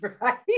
right